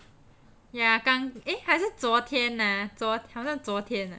ya 刚 eh 还是昨天啊昨好像昨天啊